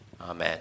Amen